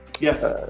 Yes